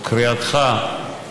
או קריאתך,